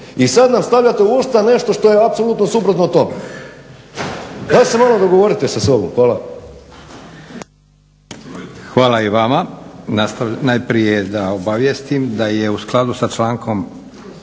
I sad nam stavljate u usta nešto što je apsolutno suprotno od toga. Daj se malo dogovorite sa sobom. Hvala.